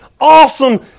awesome